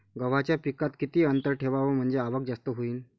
गव्हाच्या पिकात किती अंतर ठेवाव म्हनजे आवक जास्त होईन?